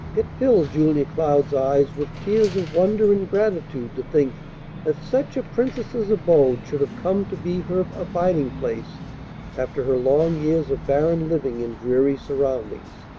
it filled julia cloud's eyes with tears of wonder and gratitude to think that such a princess's abode should have come to be her abiding-place after her long years of barren living in dreary surroundings.